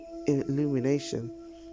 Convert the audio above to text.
illumination